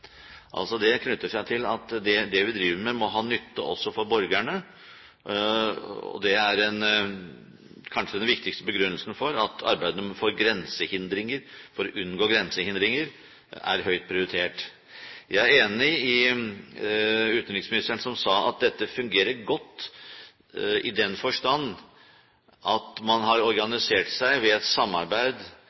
Det knytter seg til at det vi driver med, må ha nytte også for borgerne, og det er kanskje den viktigste begrunnelsen for at arbeidet for å unngå grensehindringer er høyt prioritert. Jeg er enig med utenriksministeren, som sa at dette fungerer godt, i den forstand at man har organisert seg ved et samarbeid